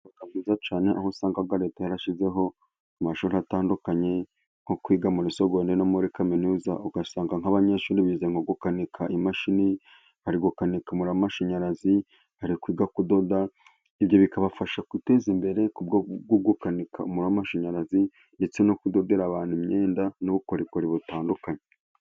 Biba byiza cyane, aho usanga Leta yarashyizeho amashuri atandukanye, nko kwiga muri segonderi no muri kaminuza. Ugasanga nk'abanyeshuri bize mo gukanika imashini, bari gukanika umuriro w'amashanyarazi, bari kwiga kudoda. Ibyo bikabafasha kwiteza imbere, kubwo gukanika umuriro w'amashanyarazi, ndetse no kudodera abantu imyenda n'ubukorikori butandukanye.